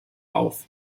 auf